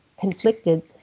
conflicted